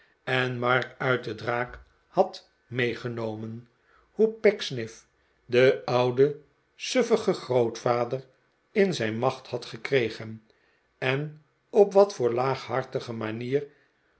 en mark uit de draak had meegenomen hoe pecksniff den ouden suffigen grootvader in zijn macht had gekregen en op wat voor laaghartige manier